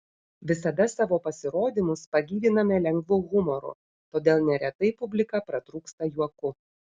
visada savo pasirodymus pagyviname lengvu humoru todėl neretai publika pratrūksta juoku